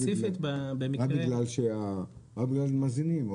רק בגלל ש -- -המאזינים,